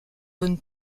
bonne